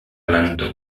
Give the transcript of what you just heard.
lando